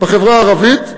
בחברה הערבית.